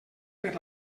per